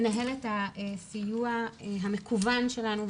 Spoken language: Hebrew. מנהלת הסיוע המקוון שלנו,